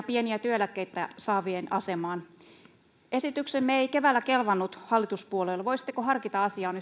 pieniä työeläkkeitä saavien asemaan esityksemme ei keväällä kelvannut hallituspuolueille voisitteko harkita asiaa